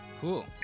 Cool